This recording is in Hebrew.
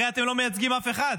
הרי אתם לא מייצגים אף אחד,